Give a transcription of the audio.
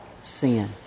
sin